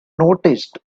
noticed